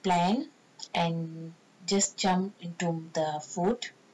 plan and just jump into the food